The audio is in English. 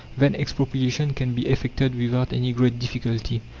then expropriation can be effected without any great difficulty.